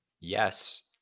Yes